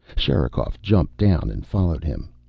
sherikov jumped down and followed him.